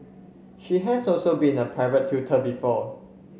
she has also been a private tutor before